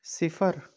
صفر